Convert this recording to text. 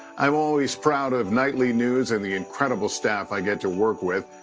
i'm always proud of nightly news and the incredible staff i get to work with.